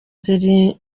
ziri